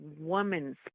woman's